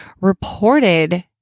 reported